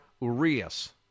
Urias